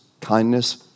kindness